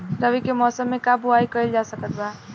रवि के मौसम में का बोआई कईल जा सकत बा?